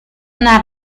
una